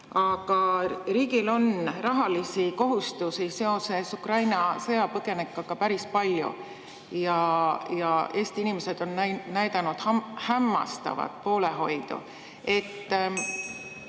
Aga riigil on rahalisi kohustusi seoses Ukraina sõjapõgenikega päris palju ja Eesti inimesed on näidanud üles hämmastavat poolehoidu.